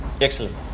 Excellent